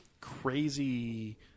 crazy